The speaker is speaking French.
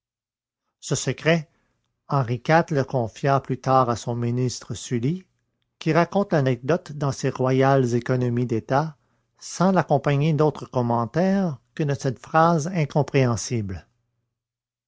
ce secret henri iv le confia plus tard à son ministre sully qui raconte l'anecdote dans ses royales oeconomies d'état sans l'accompagner d'autre commentaire que de cette phrase incompréhensible